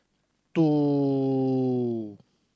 two